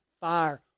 fire